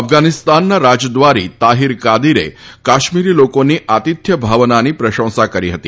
અફઘાનિસ્તાનના રાજદ્વારી તાહીર કાદીરે કાશ્મીરી લોકોની આતિથ્ય ભાવનાની પ્રશંસા કરી હતી